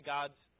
God's